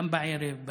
גם בערב,